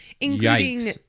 Including